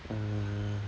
uh